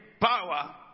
power